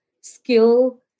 skill